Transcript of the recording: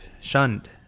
shunned